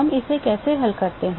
हम इसे कैसे हल करते हैं